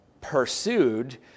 pursued